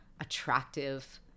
attractive